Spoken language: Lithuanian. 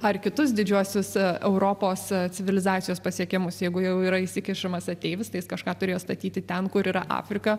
ar kitus didžiuosiuos europos civilizacijos pasiekimus jeigu jau yra įsikišamas ateivis tai jis kažką turėjo statyti ten kur yra afrika